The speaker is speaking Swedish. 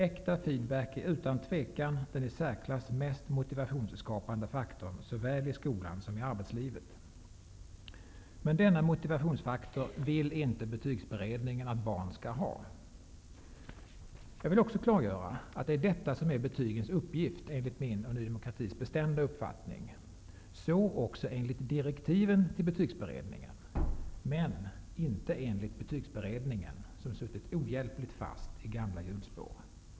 Äkta feedback är utan tvivel den i särklass mest motivationsskapande faktorn såväl inom skolan som i arbetslivet. Men denna motivationsfaktor vill inte betygsberedningen att barn skall ha. Jag vill också klargöra att det är detta som enligt min och Ny demokratis bestämda uppfattning är betygens uppgift. Så också enligt direktiven till betygsberedningen - men inte enligt betygsberedningen, som suttit ohjälpligt fast i gamla hjulspår.